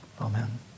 Amen